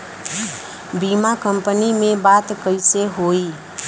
बीमा कंपनी में बात कइसे होई?